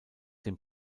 den